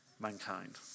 mankind